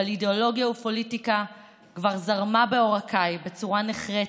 אבל אידאולוגיה ופוליטיקה כבר זרמו בעורקיי בצורה נחרצת,